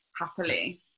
happily